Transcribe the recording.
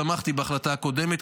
אני תמכתי בהחלטה הקודמת,